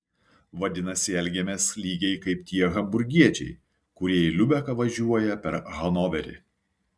vadinasi elgiamės lygiai kaip tie hamburgiečiai kurie į liubeką važiuoja per hanoverį